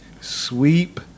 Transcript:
sweep